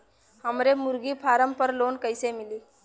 हमरे मुर्गी फार्म पर लोन कइसे मिली?